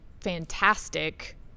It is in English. fantastic